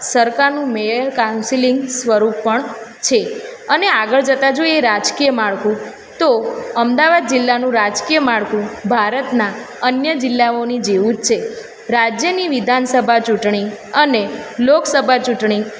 સરકારનું mayor counselling સ્વરૂપ પણ છે અને આગળ જતાં જોઈએ રાજકીય માળખું તો અમદાવાદ જિલ્લાનું રાજકીય માળખું ભારતના અન્ય જિલ્લાઓની જેવું છે રાજ્યની વિધાનસભા ચૂંટણી અને લોકસભા ચૂંટણી